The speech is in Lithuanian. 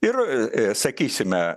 ir sakysime